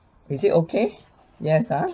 is it okay yes ah